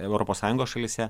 europos sąjungos šalyse